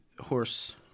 horse